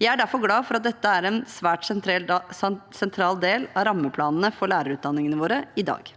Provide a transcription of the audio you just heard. Jeg er derfor glad for at dette er en svært sentral del av rammeplanene for lærerutdanningene våre i dag.